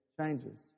changes